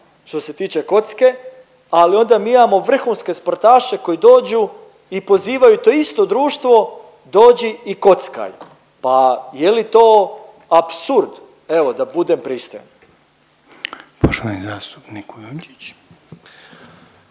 što se tiče kocke, ali onda mi imamo vrhunske sportaše koji dođu i pozivaju to isto društvo dođi i kockaj! Pa je li to apsurd? Evo da budem pristojan. **Reiner, Željko